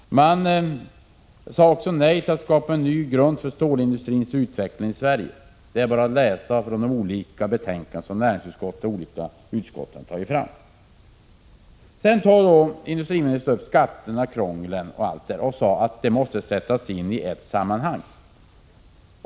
Man sade också nej till att skapa en ny grund för stålindustrins utveckling i Sverige. Det är bara att läsa i olika betänkanden från näringsutskottet och andra utskott. Industriministern tog också upp skatterna, krånglet osv. och sade att detta måste sättas in i ett sammanhang.